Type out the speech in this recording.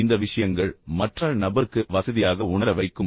எனவே இந்த விஷயங்கள் மற்ற நபருக்கு வசதியாக உணர வைக்கும்